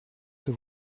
que